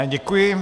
Děkuji.